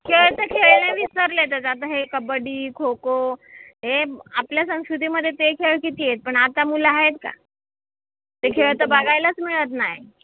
खेळ तर खेळणे विसरलेतच आता हे कबड्डी खोखो हे आपल्या संस्कृतीमध्ये ते खेळ किती आहेत पण आता मुलं आहेत का ते खेळ तर बघायलाच मिळत नाही